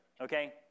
okay